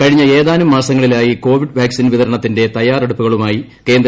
കഴിഞ്ഞ ഏതാനും മാസങ്ങളിലായി കോവിഡ് വാക്സിൻ വിതരണത്തിന്റെ തയ്യാറെടുപ്പുകളുമായി കേന്ദ്ര സജീവമാണ്